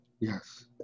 Yes